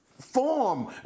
form